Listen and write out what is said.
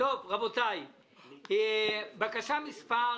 בקשה מספר